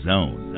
Zone